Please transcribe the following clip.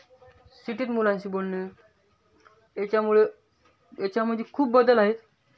सिटीत मुलांशी बोलणं याच्यामुळे याच्यामध्ये खूप बदल आहेत